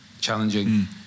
challenging